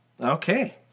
Okay